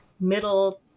middle